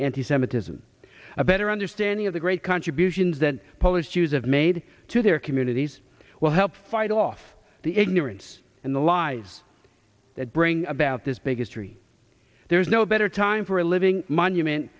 anti semitism a better understanding of the great contributions that polish jews have made to their communities will help fight off the ignorance and the lies that bring about this big astri there's no better time for a living monument